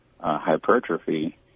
hypertrophy